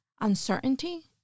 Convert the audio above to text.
uncertainty